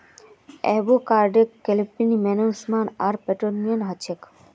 एवोकाडोत calcium magnesium आर potassium हछेक